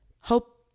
Hope